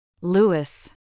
Lewis